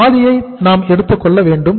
இதில் பாதியை நாம் எடுத்துக் கொள்ள வேண்டும்